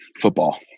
football